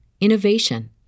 innovation